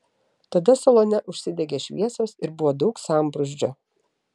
tada salone užsidegė šviesos ir buvo daug sambrūzdžio